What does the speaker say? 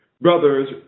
brothers